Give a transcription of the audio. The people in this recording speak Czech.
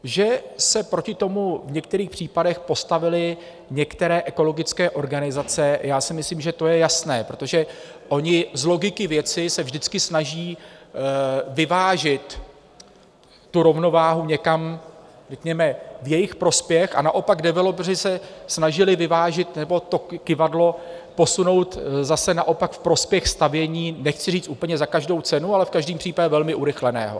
Že se proti tomu v některých případech postavily některé organizace, já si myslím, že to je jasné, protože ony z logiky věci se vždycky snaží vyvážit rovnováhu někam řekněme ve svůj prospěch, a naopak developeři se snažili vyvážit, nebo to kyvadlo posunout, zase naopak ve prospěch stavění nechci říct úplně za každou cenu, ale v každém případě velmi urychleného.